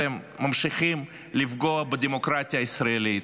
אתם ממשיכים לפגוע בדמוקרטיה הישראלית,